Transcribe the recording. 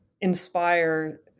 inspire